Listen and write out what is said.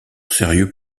sérieux